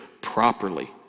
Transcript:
properly